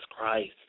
Christ